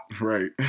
right